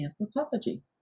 anthropology